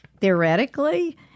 Theoretically